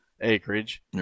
acreage